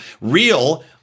real